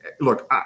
Look